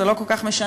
זה לא כל כך משנה,